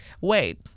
Wait